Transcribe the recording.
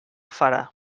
farà